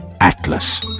Atlas